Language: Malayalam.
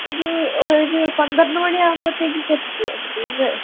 ഒരു ഒരു പന്ത്രണ്ട് മണി ആവുമ്പോഴത്തേക്കൊക്കെ എത്തിക്കുമോ ഇന്ന്